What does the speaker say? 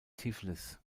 tiflis